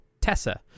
Tessa